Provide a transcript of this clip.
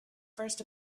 first